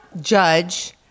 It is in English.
Judge